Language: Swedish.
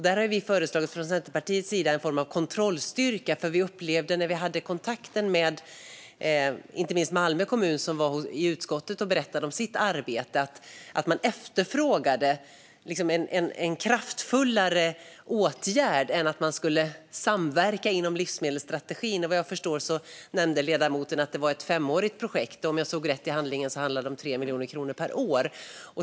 Där har vi i Centerpartiet föreslagit en form av kontrollstyrka, för vi upplevde, när vi hade kontakt med inte minst Malmö kommun, som var i utskottet och berättade om sitt arbete, att man efterfrågade en åtgärd som är mer kraftfull än att samverka inom livsmedelsstrategin. Vad jag förstår nämnde ledamoten att det var ett femårigt projekt. Om jag såg rätt i handlingen handlar det om 3 miljoner kronor per år.